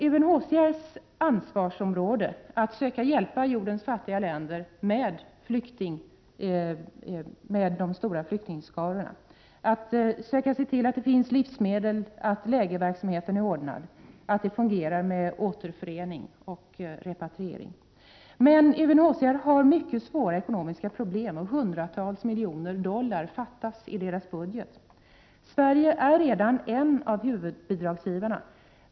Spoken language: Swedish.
Det är UNHCR:s ansvarsområde att söka hjälpa jordens fattiga länder med de stora flyktingskarorna, att söka se till att det finns livsmedel, att lägerverksamheten är ordnad, att det fungerar med återförening, repatriering. UNHCR har mycket svåra ekonomiska problem — hundratals miljoner dollar fattas i dess budget. Sverige är redan en av huvudbidragsgivarna.